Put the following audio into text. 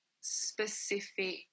specific